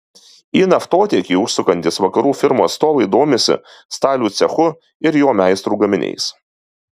į naftotiekį užsukantys vakarų firmų atstovai domisi stalių cechu ir jo meistrų gaminiais